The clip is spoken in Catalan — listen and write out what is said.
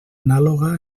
anàloga